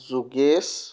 Yogesh